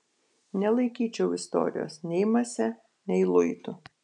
nelaikyčiau istorijos nei mase nei luitu